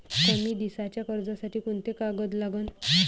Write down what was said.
कमी दिसाच्या कर्जासाठी कोंते कागद लागन?